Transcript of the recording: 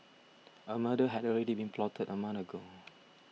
a murder had already been plotted a month ago